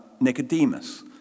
Nicodemus